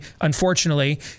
unfortunately